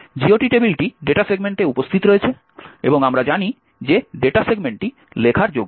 GOT টেবিলটি data সেগমেন্টে উপস্থিত রয়েছে এবং আমরা জানি যে ডেটা সেগমেন্টটি লেখার যোগ্য